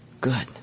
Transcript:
Good